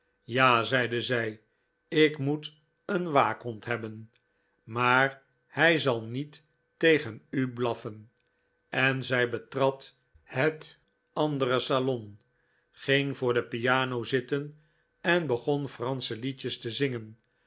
ja zeide zij ik moet een waakhond hebben maar hij zal niet tegen u blaffen en zij betrad het andere salon ging voor de piano zitten en begon fransche liedjes te zingen